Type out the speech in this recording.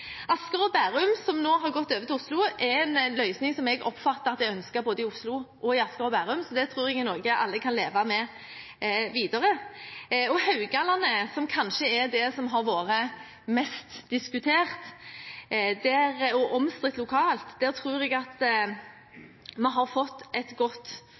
Asker og Bærum nå har gått over til Oslo, er en løsning som jeg oppfatter er ønsket både i Oslo og i Asker og Bærum, så det tror jeg er noe alle kan leve med videre. Når det gjelder Haugalandet, som kanskje har vært mest diskutert og omstridt lokalt, tror jeg vi har fått